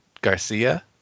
Garcia